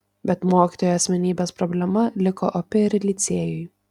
bet mokytojo asmenybės problema liko opi ir licėjui